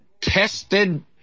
tested